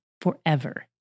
forever